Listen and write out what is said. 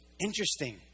Interesting